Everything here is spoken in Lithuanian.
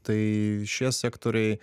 tai šie sektoriai